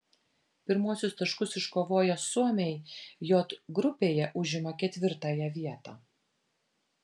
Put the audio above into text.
pirmuosius taškus iškovoję suomiai j grupėje užima ketvirtąją vietą